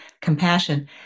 compassion